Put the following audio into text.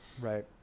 Right